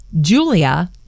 Julia